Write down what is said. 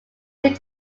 lived